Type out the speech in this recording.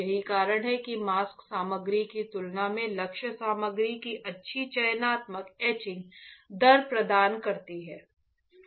यही कारण है कि मास्क सामग्री की तुलना में लक्ष्य सामग्री की अच्छी चयनात्मकता एचिंग दर प्रदान करती है